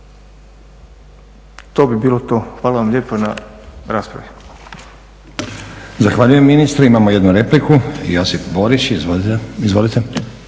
To bi bilo to. Hvala vam lijepo na raspravi.